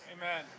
Amen